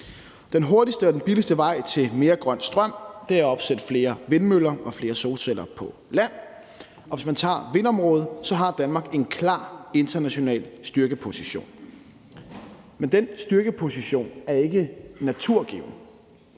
Den hurtigste og den billigste vej til mere grøn strøm er at opsætte flere vindmøller og flere solceller på land. Ser man på vindområdet, har Danmark en klar international styrkeposition. Men den styrkeposition er ikke naturgiven.